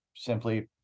simply